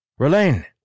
Relaine